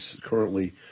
currently